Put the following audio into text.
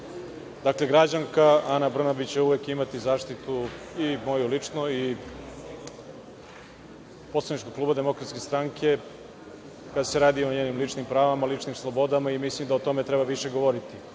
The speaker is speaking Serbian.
ime. Dakle, građanka Ana Brnabić će uvek imati zaštitu i moje lično i poslaničkog kluba DS kada se radi o njenim ličnim pravima, ličnim slobodama. Mislim da o tome treba više govoriti. Malo